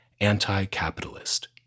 anti-capitalist